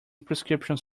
prescriptions